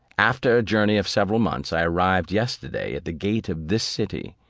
after a journey of several months, i arrived yesterday at the gate of this city,